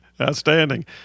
Outstanding